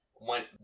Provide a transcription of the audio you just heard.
went